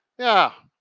yeah,